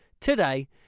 today